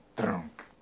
drunk